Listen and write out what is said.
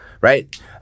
right